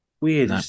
weird